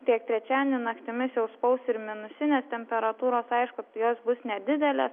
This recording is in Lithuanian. tiek trečiadienį naktimis jau spaus ir minusinės temperatūros aišku jos bus nedidelės